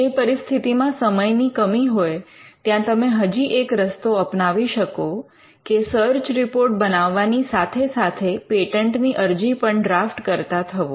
જે પરિસ્થિતિમાં સમય ની કમી હોય ત્યાં તમે હજી એક રસ્તો અપનાવી શકો કે સર્ચ રિપોર્ટ બનાવવાની સાથે સાથે પેટન્ટની અરજી પણ ડ્રાફ્ટ કરતા થવું